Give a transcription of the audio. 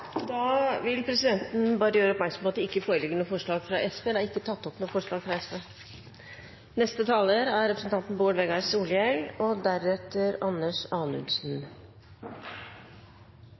Presidenten vil gjøre oppmerksom på at det ikke foreligger noe forslag fra SV. Det er heller ikke tatt opp noe forslag fra SV.